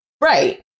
Right